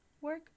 work